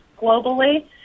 globally